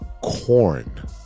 Corn